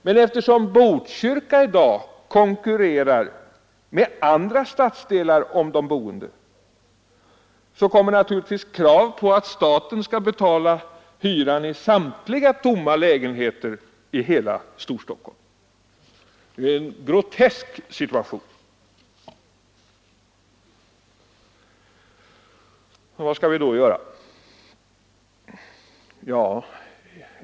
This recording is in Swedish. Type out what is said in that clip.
Men eftersom Botkyrka i dag konkurrerar med andra stadsdelar om de boende, kommer naturligtvis krav på att staten skall betala hyran i samtliga tomma lägenheter i hela Storstockholm. En grotesk situation! Vad skall vi då göra?